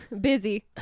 Busy